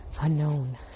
unknown